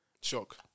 shock